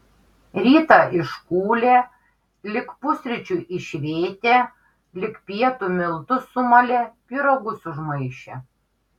rytą iškūlė lig pusryčių išvėtė lig pietų miltus sumalė pyragus užmaišė